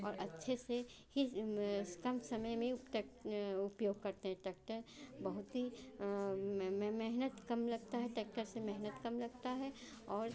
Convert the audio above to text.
और अच्छे से ही कम समय में उपयोग करते हैं टैक्टर बहुत ही मेहनत कम लगती है टैक्टर से मेहनत कम लगता है और